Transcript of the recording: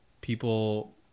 people